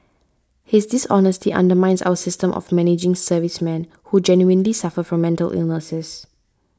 his dishonesty undermines our system of managing servicemen who genuinely suffer from mental illnesses